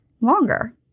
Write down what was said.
longer